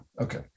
okay